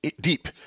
deep